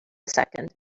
second